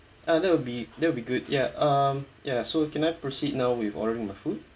uh that'll be that'll be good ya um ya so can I proceed now with ordering the food